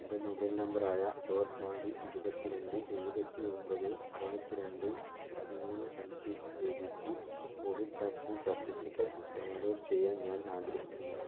എൻ്റെ mobile number ആയ അറുപത്തിനാല് ഇരുപത്തിരണ്ട് എഴുപത്തിയൊമ്പത് അറുപത്തിരണ്ട് പതിമൂന്ന് അഞ്ച് ഉപയോഗിച്ച് കോവിഡ് വാക്സിൻ സർട്ടിഫിക്കറ്റ് ഡൗൺലോഡ് ചെയ്യാൻ ഞാൻ ആഗ്രഹിക്കുന്നു